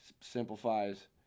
simplifies